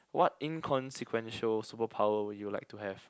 what inconsequential superpower would you like to have